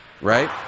right